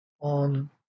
on